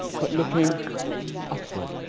but looking upward,